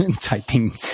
typing